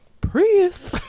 Prius